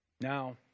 Now